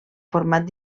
format